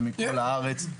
ומכל הארץ,